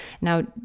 Now